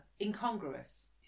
incongruous